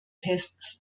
tests